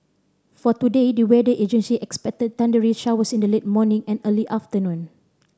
for today the weather agency expect thundery showers in the late morning and early afternoon